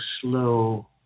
slow